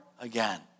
again